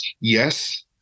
Yes